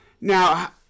Now